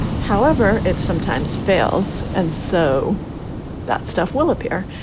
however, it sometimes fails. and so that stuff will appear.